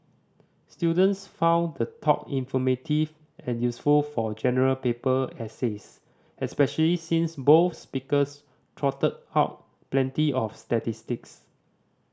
students found the talk informative and useful for General Paper essays especially since both speakers trotted out plenty of statistics